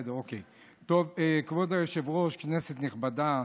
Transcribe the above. כבוד היושב-ראש, כנסת נכבדה,